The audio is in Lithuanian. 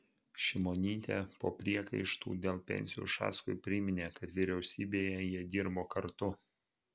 šimonytė po priekaištų dėl pensijų ušackui priminė kad vyriausybėje jie dirbo kartu